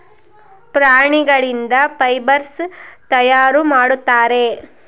ಪ್ರಾಣಿಗಳಿಂದ ಫೈಬರ್ಸ್ ತಯಾರು ಮಾಡುತ್ತಾರೆ